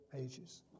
ages